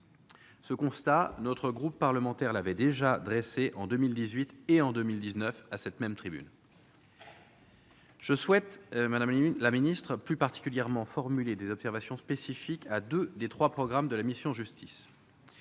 Ce constat : notre groupe parlementaire l'avait déjà dressé en 2018 et en 2019 à cette même tribune. Je souhaite, Madame la Ministre, plus particulièrement, formuler des observations spécifiques à 2 des 3 programmes de la mission Justice